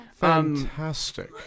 Fantastic